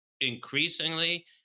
increasingly